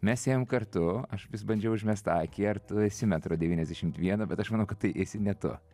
mes ėjom kartu aš vis bandžiau užmest akį ar tu esi metro devyniasdešimt vieno bet aš manau kad tai esi ne tu